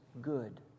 good